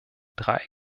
drei